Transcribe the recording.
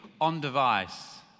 on-device